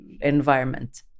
environment